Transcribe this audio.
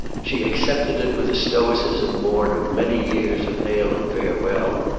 she accepted it with a stoicism born of many years of hail and farewell,